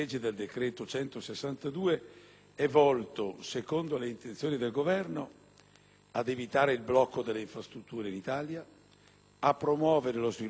ad evitare il blocco delle infrastrutture in Italia, a promuovere lo sviluppo economico nei settori dell'agricoltura, della pesca professionale e dell'autotrasporto,